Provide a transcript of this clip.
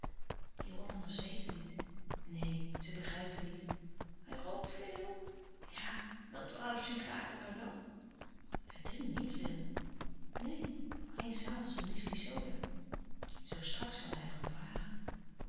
die hollanders weten niet neen ze begrijpen niet hij rookt veel ja wel twaalf sigaren per dag hij drinkt niet veel neen alleen s avonds zijn whiskey soda zoo straks zal hij er om vragen